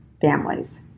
families